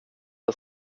jag